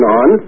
on